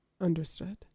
Understood